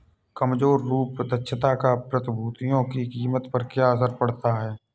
कमजोर रूप दक्षता का प्रतिभूतियों की कीमत पर क्या असर पड़ता है?